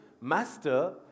Master